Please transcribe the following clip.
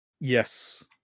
Yes